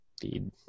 feed